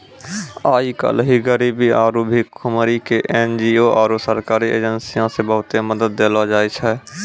आइ काल्हि गरीबी आरु भुखमरी के एन.जी.ओ आरु सरकारी एजेंसीयो से बहुते मदत देलो जाय छै